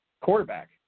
quarterback